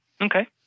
Okay